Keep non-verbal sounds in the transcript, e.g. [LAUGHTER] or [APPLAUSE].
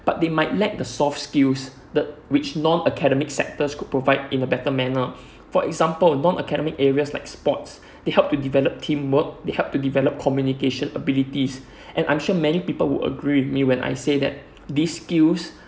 but they might lack the soft skills the which non academic sectors could provide in a better manner [BREATH] for example non academic areas like sports [BREATH] they help to develop teamwork they help to develop communication abilities [BREATH] and I'm sure many people would agree with me when I say that these skills